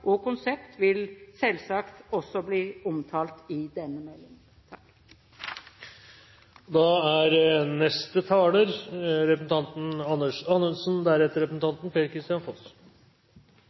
og konsept vil selvsagt også bli omtalt i denne meldingen. La meg først si at jeg er